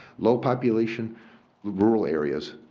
low population rural areas,